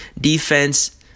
Defense